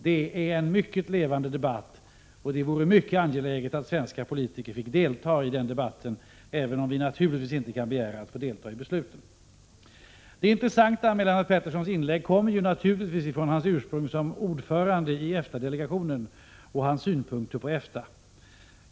Det är en mycket levande debatt, och det vore synnerligen angeläget att svenska politiker fick delta i den debatten, även om vi naturligtvis inte kan begära att de får delta i besluten. Det intressanta med Lennart Petterssons inlägg kommer givetvis från hans ursprung som ordförande i EFTA-delegationen. Jag tänker på hans synpunkter på EFTA.